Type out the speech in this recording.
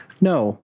No